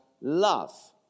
love